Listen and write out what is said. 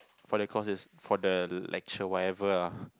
for the courses for the lecture whatever lah